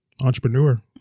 entrepreneur